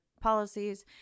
policies